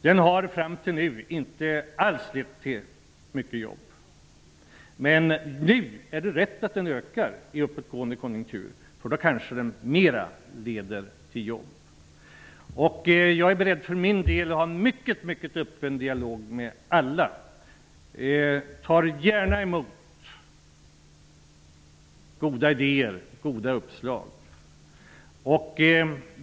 Den har fram till nu inte alls lett till många jobb, men nu i uppåtgående konjunktur är det riktigt att den ökar. Då kanske den leder till fler jobb. Jag är för min del beredd att ha en mycket öppen dialog med alla. Jag tar gärna emot goda idéer och uppslag.